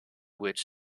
which